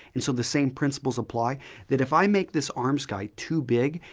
and so, the same principles apply that if i make this arm sky too big,